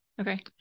Okay